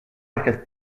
aquest